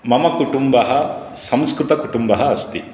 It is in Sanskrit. मम कुटुम्बः संस्कृतकुटुम्बः अस्ति